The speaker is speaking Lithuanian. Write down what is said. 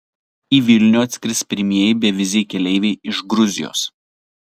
į vilnių atskris pirmieji beviziai keleiviai iš gruzijos